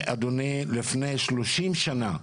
לפני 30 שנה.